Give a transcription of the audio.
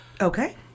okay